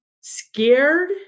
scared